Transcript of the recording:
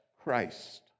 Christ